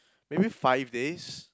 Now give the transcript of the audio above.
maybe five days